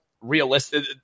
realistic